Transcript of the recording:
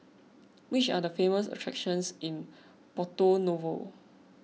which are the famous attractions in Porto Novo